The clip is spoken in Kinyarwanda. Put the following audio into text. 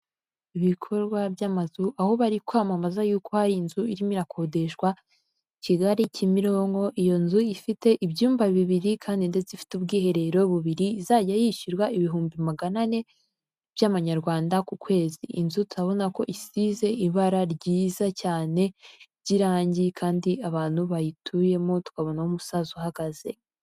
Ibikorwa by'amazu aho bari kwamamaza yuko hari inzu irimo irakodeshwa Kigali Kimironko, iyo nzu ifite ibyumba bibiri kandi ndetse ifite ubwiherero bubiri, izajya yishyurwa ibihumbi magana ane by'amanyarwanda ku kwezi, inzu turabona ko isize ibara ryiza cyane ry'irange kandi abantu bayituyemo tukabonamo umusaza uhagaze.